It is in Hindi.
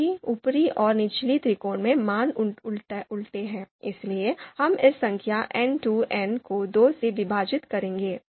चूंकि ऊपरी और निचले त्रिकोण में मान उलटे हैं इसलिए हम इस संख्या को दो से विभाजित करेंगे